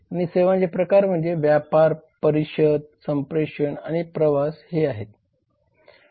आणि सेवांचे प्रकार म्हणजे व्यापार परिषद संप्रेषण आणि प्रवास सेवा हे आहेत